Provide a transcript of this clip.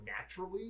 naturally